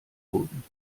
wurden